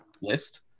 list